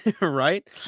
Right